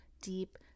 deep